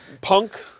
Punk